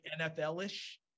NFL-ish